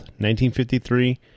1953